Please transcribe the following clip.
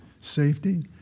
safety